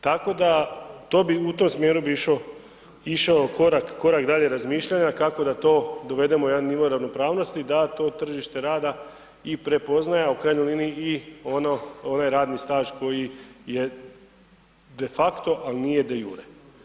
Tako da u tom smjeru bi išao korak dalje razmišljanja kako da to dovedemo u jedan nivo ravnopravnosti da to tržište rada i prepoznaje, a u krajnjoj liniji i onaj radni staž koji je de facto, a nije de iure.